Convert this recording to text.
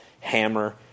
hammer